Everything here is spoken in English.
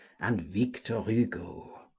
and victor hugo.